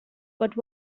but